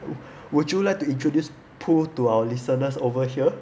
would you like to introduce pooh to our listeners over here